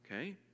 okay